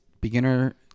beginner